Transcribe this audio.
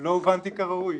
לא הובנתי כראוי.